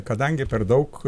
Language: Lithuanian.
kadangi per daug